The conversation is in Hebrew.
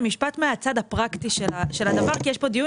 משפט מהצד הפרקטי של הדבר כי יש כאן דיון